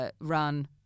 Run